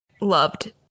loved